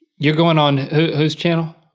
you're going on who's channel?